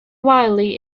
wildly